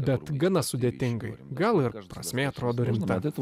bet gana sudėtingai gal ir prasmė atrodo rimta